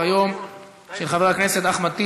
של חבר הכנסת אחמד טיבי: